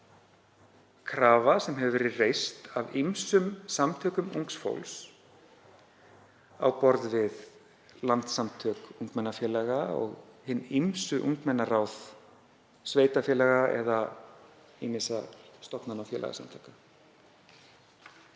krafa sem hefur verið reist af ýmsum samtökum ungs fólks á borð við Landssamtök ungmennafélaga og hin ýmsu ungmennaráð sveitarfélaga eða ýmissa stofnana og félagasamtaka.